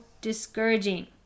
discouraging